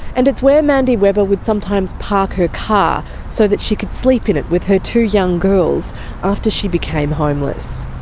and it's where mandy webber would sometimes park her car so she could sleep in it with her two young girls after she became homeless.